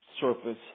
surface